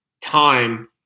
time